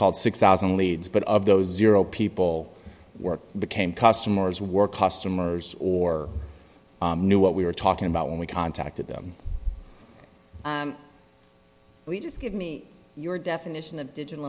called six thousand leads but of those zero people work became customers were customers or knew what we were talking about when we contacted them well you just give me your definition of digital